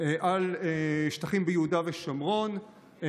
על שטחים ביהודה ושומרון.